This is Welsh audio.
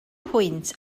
pwynt